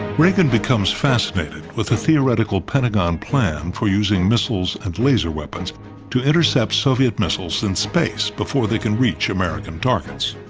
reagan becomes fascinated with a theoretical pentagon plan for using missiles and laser weapons to intercept soviet missiles in space before they can reach american targets.